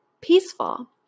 peaceful